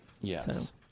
Yes